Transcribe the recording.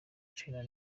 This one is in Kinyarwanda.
charly